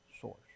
source